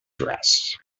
dress